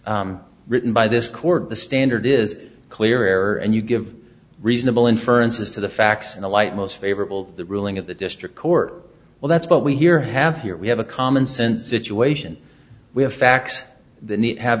is written by this court the standard is clear error and you give reasonable inferences to the facts in the light most favorable the ruling of the district court well that's what we here have here we have a commonsense situation we have facts the have